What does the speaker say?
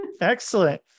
excellent